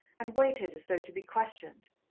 and waited, as though to be questioned.